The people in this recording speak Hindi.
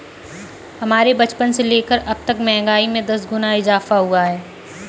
हमारे बचपन से लेकर अबतक महंगाई में दस गुना इजाफा हुआ है